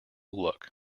look